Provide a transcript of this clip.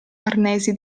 arnesi